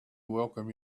welcome